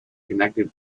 connected